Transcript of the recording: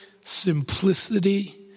simplicity